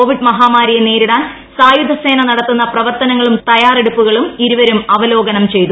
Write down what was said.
Covid മഹാമാരിയെ നേരിടാൻ സായുധസേന നടത്തുന്ന പ്രവർത്തന ങ്ങളും തയ്യാറെടുപ്പുകളും ഇരുവരും അവലോകനം ചെയ്തു